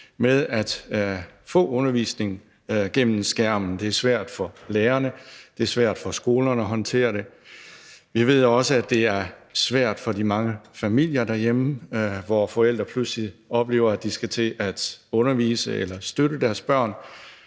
med at få undervisning gennem skærmen. Det er svært for lærerne, og det er svært for skolerne at håndtere det. Vi ved også, at det er svært for de mange familier derhjemme, hvor forældrene pludselig oplever, at de skal til at undervise eller støtte deres børn.